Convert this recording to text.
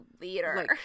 leader